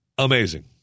Amazing